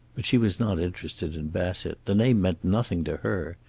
but she was not interested in bassett. the name meant nothing to her.